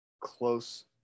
close